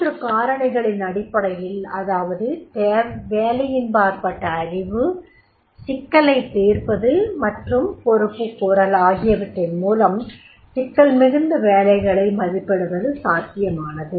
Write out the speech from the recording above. மூன்று காரணிகளின் அடிப்படையில் அதாவது வேலையின்பாற்ப்பட்ட அறிவு சிக்கலைத் தீர்ப்பது மற்றும் பொறுப்புக்கூறல் ஆகியவற்றின் மூலம் சிக்கல் மிகுந்த வேலைகளை மதிப்பிடுவது சாத்தியமானது